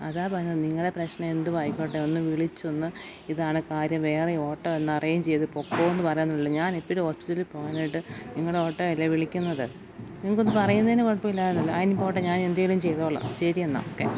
അതാ പറഞ്ഞത് നിങ്ങളുടെ പ്രശ്നം എന്തും ആയിക്കോട്ടെ ഒന്ന് വിളിച്ചൊന്ന് ഇതാണ് കാര്യം വേറെ ഓട്ടോ ഒന്ന് അറേഞ്ചെയ്ത് പൊയ്ക്കോന്ന് പറയാനുള്ളൂ ഞാൻ എപ്പൊഴും ഹോസ്പിറ്റലിൽ പോകാനായിട്ട് നിങ്ങളുടെ ഓട്ടോ അല്ലെ വിളിക്കുന്നത് നിങ്ങള്ക്കൊന്ന് പറയുന്നതിന് കുഴപ്പമില്ലായിരുന്നല്ലോ ആ ഇനി പോട്ടെ ഞാൻ എന്തേലും ചെയ്തോളാം ശരിയെന്നാല്